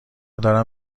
دارم